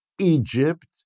Egypt